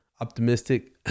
optimistic